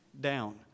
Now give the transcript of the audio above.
down